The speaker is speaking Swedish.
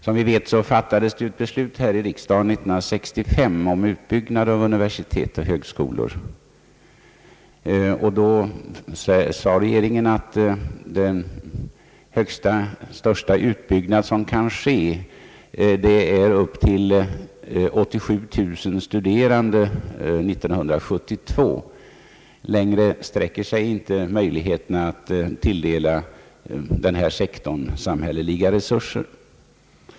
Som vi vet fattade riksdagen år 1965 ett beslut om utbyggnad av universitet och högskolor. Då förklarade regeringen att den största utbyggnad som kunde ske begränsades till 87 000 studerande år 1972. Längre sträckte sig inte möjligheterna att tilldela denna sektor samhälleliga resurser.